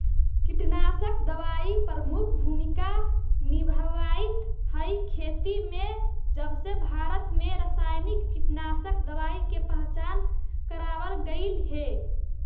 कीटनाशक दवाई प्रमुख भूमिका निभावाईत हई खेती में जबसे भारत में रसायनिक कीटनाशक दवाई के पहचान करावल गयल हे